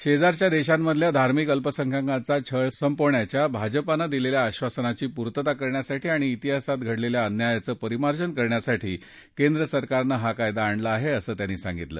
शेजारच्या देशांमधल्या धार्मिक अल्पसंख्याकांचा छळ संपवण्याच्या भाजपानं दिलेल्या आबासनाची पूर्तता करण्यासाठी आणि इतिहासात घडलेल्या अन्यायाचं परिमार्जन करण्यासाठी केंद्र सरकारनं हा कायदा आणला आहे असं त्यांनी सांगितलं